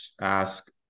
ask